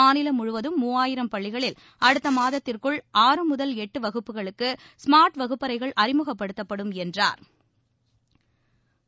மாநிலம் முழுவதும் மூவாயிரம் பள்ளிகளில் அடுத்தமாதத்திற்குள் ஆறு முதல் எட்டுவகுப்புகளுக்கு ஸ்மாா்ட் வகுப்பறைகள் அறிமுகப்படுத்தப்படும் என்றாா்